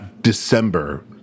December